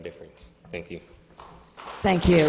difference thank you thank you